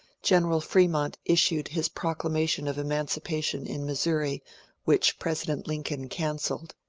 general fremont issued his proclamation of emancipation in missouri which president lincoln cancelled.